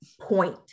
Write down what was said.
point